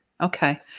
Okay